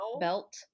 belt